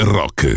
rock